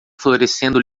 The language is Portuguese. florescendo